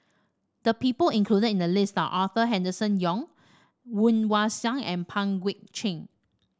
the people included in the list Arthur Henderson Young Woon Wah Siang and Pang Guek Cheng